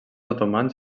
otomans